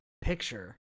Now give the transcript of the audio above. picture